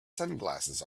sunglasses